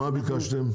מה ביקשתם?